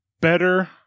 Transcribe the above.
better